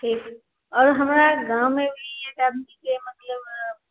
ठीक आओरो हमरा गाममे भी एक आदमीके मतलब